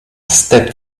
stepped